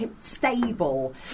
stable